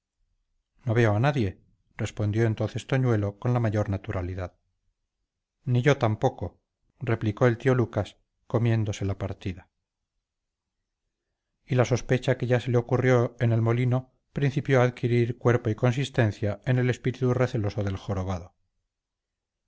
veo a nadie respondió entonces toñuelo con la mayor naturalidad ni yo tampoco replicó el tío lucas comiéndose la partida y la sospecha que ya se le ocurrió en el molino principió a adquirir cuerpo y consistencia en el espíritu receloso del jorobado